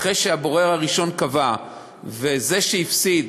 אחרי שהבורר הראשון קבע וזה שהפסיד